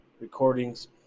recordings